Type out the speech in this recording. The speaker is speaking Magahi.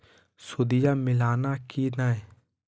सुदिया मिलाना की नय?